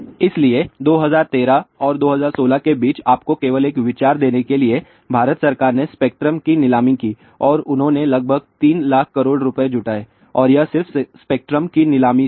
इसलिए 2013 और 2016 के बीच आपको केवल एक विचार देने के लिए भारत सरकार ने स्पेक्ट्रम की नीलामी की और उन्होंने लगभग 3 लाख करोड़ रुपये जुटाए और यह सिर्फ स्पेक्ट्रम की नीलामी से है